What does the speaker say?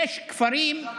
בשייח' ג'ראח.